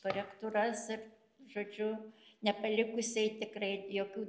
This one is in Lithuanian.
korektūras ir žodžiu nepalikusiai tikrai jokių